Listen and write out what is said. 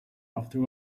after